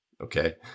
okay